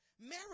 marriage